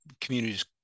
communities